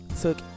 took